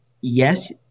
yes